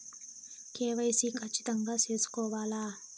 KYC ఖచ్చితంగా సేసుకోవాలా